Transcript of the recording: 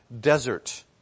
desert